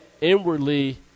inwardly